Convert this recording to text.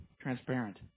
transparent